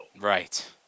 Right